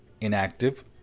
inactive